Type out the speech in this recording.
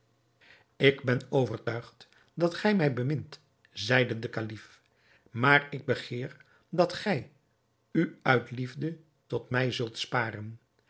ik ben overtuigd dat gij mij bemint zeide de kalif maar ik begeer dat gij u uit liefde tot mij zult sparen